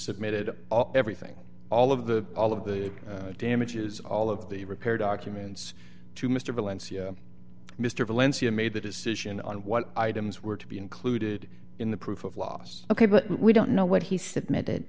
submitted everything all of the all of the damages all of the repair documents to mr valencia mr valencia made the decision on what items were to be included in the proof of loss ok but we don't know what he